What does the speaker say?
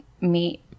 meet